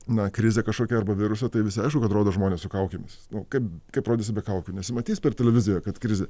na krizę kažkokią arba virusą tai visai aišku kad rodo žmones su kaukėmis nu kaip kaip rodysi be kaukių nesimatys per televiziją kad krizė